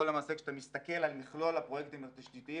פה למעשה כשאתה מסתכל על מכלול הפרויקטים התשתיתיים,